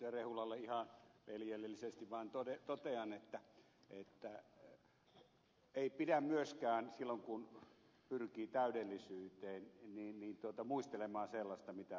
rehulalle ihan vaan veljellisesti totean että ei pidä myöskään silloin kun pyrkii täydellisyyteen muistella sellaista mitä ei ole kuullut